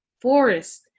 forest